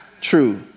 true